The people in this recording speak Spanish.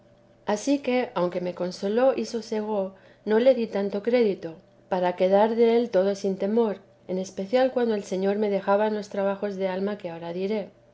ansí que aunque me consoló y sosegó no le di tanto crédito para quedar del todo sin temor en especial cuando el señor me dejaba en los trabajos de alma que ahora diré